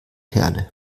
herne